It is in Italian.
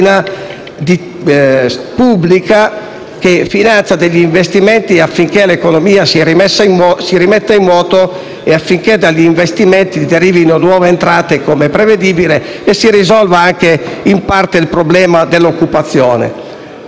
pubblica che finanzi gli investimenti affinché l'economia si rimetta in moto e affinché dagli investimenti derivino nuove entrate - come prevedibile - e si risolva in parte anche il problema dell'occupazione.